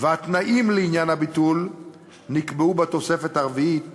והתנאים לעניין הביטול נקבעו בתוספת הרביעית